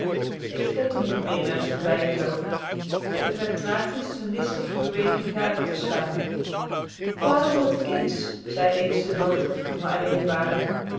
ik spotte niet meer met z'n bijgeloof het werd tragisch n listig beweging gade te slaan vader wordt kindsch zei eens de dochter toen we alleen waren